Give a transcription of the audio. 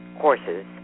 courses